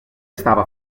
estava